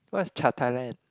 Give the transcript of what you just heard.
what's Cha Thailand